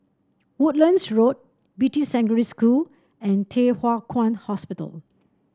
Woodlands Road Beatty Secondary School and Thye Hua Kwan Hospital